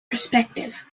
perspective